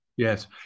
Yes